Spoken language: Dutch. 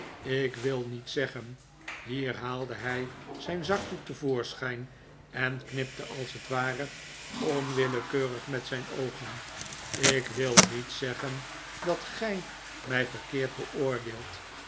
ik wil niet zeggen hier haalde hij zijn zakdoek te voorschijn en knipte als het ware onwillekeurig met zijn oogen ik wil niet zeggen dat gij mij verkeerd beoordeelt